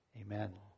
Amen